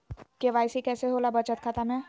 KYC कैसे होला बचत खाता में?